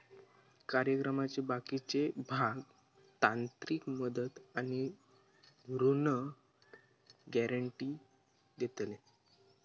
कार्यक्रमाचे बाकीचे भाग तांत्रिक मदत आणि ऋण गॅरेंटी देतले